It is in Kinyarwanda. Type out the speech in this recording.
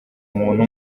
umuntu